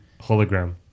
hologram